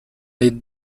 les